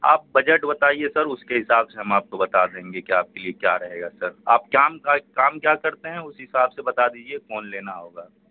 آپ بجٹ بتائیے سر اس کے حساب سے ہم آپ کو بتا دیں گے کہ آپ کے لیے کیا رہے گا سر آپ کام کا کام کیا کرتے ہیں اسی حساب سے بتا دیجیے کون لینا ہوگا